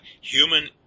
human